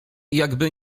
jakby